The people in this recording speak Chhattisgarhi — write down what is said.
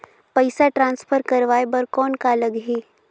पइसा ट्रांसफर करवाय बर कौन का लगही?